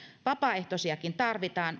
vapaaehtoisiakin tarvitaan